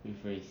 rephrase